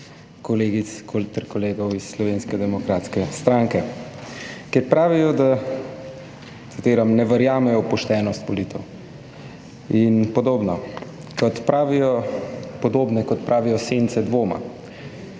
kolegic ter kolegov iz Slovenske demokratske stranke. Ker pravijo, da, citiram, ne verjamejo v poštenost volitev in podobno. Kot pravijo, podobne, kot pravijo sence dvoma.